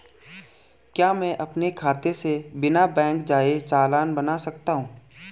क्या मैं अपने खाते से बिना बैंक जाए चालान बना सकता हूँ?